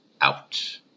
out